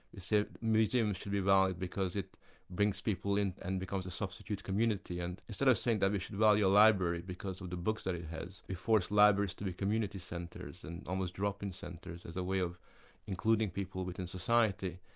it says the museum should be valid because it brings people in and because of substitute community, and instead of saying that we should value a library because of the books that it has, we force libraries to be community centres, and almost drop-in centres, as a way of including people within society,